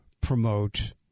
promote